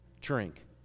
drink